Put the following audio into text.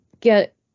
get